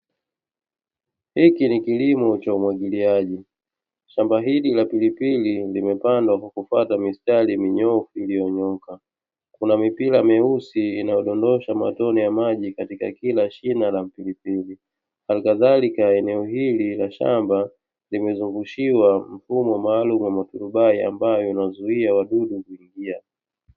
Hiki ni kilimo cha umwagiliaji, shamba hili la pilipili limepandwa kwa kufuata mistari minyoofu iliyonyooka, kuna mipira meusi inayodondosha matone ya maji katika kila shina la mpilipili. Halikadhalika eneo hili la shamba, limezungushiwa mfumo maalumu wa matrubai ambayo yanazuia wadudu kuingia.